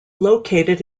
located